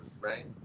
right